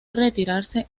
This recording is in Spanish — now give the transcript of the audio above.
retirarse